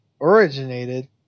originated